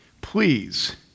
please